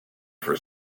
for